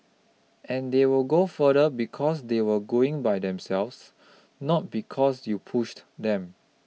and they will go further because they were going by themselves not because you pushed them